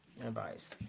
Advice